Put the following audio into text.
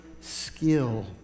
skill